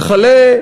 וכלה,